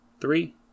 Three